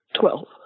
Twelve